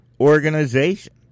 Organization